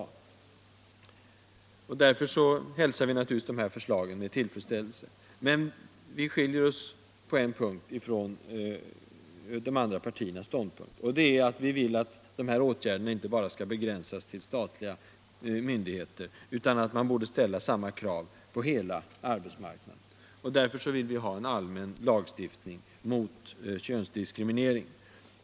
Mot denna bakgrund hälsar vi naturligtvis de här förslagen med tillfredsställelse. Men vår inställning skiljer sig på en punkt från de andra partiernas. Vi vill att de här åtgärderna inte bara skall begränsas till statliga myndigheter, utan att man skall ställa samma krav på hela arbetsmarknaden. Därför vill vi ha en allmän lagstiftning mot könsdiskriminering.